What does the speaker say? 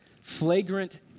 flagrant